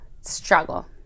Struggle